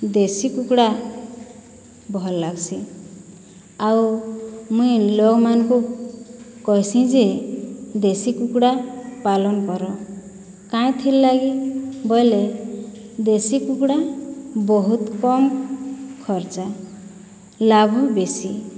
ଦେଶୀ କୁକୁଡ଼ା ଭଲ ଲାଗ୍ସି ଆଉ ମୁଇଁ ଲୋକମାନଙ୍କୁ କହେସିଁ ଯେ ଦେଶୀ କୁକୁଡ଼ା ପାଲନ୍ କର କାଏଁଥିର୍ ଲାଗି ବୋଇଲେ କୁକୁଡ଼ା ବହୁତ କମ ଖର୍ଚ୍ଚା ଲାଭ ବେଶୀ